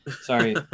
Sorry